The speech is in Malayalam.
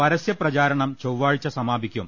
പരസ്യ പ്രചാരണം ചൊവ്വാഴ്ച സമാപിക്കും